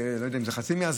אני לא יודע אם זה חצי מהזמן,